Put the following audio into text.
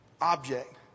object